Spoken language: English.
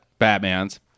Batmans